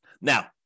Now